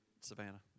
Savannah